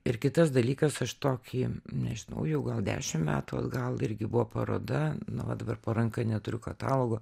ir kitas dalykas aš tokį nežinau jau gal dešim metų atgal irgi buvo paroda nu va dabar po ranka neturiu katalogo